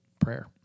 prayer